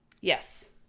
yes